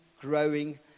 growing